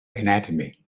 anatomy